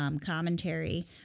commentary